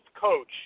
coach